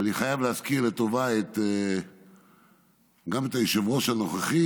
ואני חייב להזכיר לטובה גם את היושב-ראש הנוכחי,